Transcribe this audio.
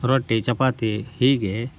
ರೊಟ್ಟಿ ಚಪಾತಿ ಹೀಗೆ